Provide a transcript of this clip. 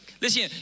Listen